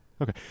Okay